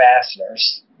fasteners